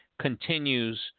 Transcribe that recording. continues